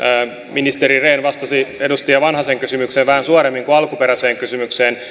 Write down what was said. ministeri rehn vastasi edustaja vanhasen kysymykseen vähän suoremmin kuin alkuperäiseen kysymykseen